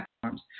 platforms